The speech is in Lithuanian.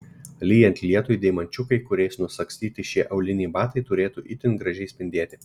lyjant lietui deimančiukai kuriais nusagstyti šie auliniai batai turėtų itin gražiai spindėti